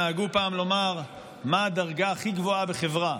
נהגו פעם לומר: מה הדרגה הכי גבוהה בחברה?